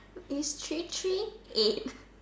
is three three right